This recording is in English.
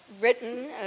written